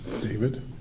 David